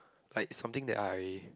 like it's something that I